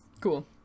Cool